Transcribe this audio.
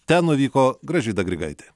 ten nuvyko gražvyda grigaitė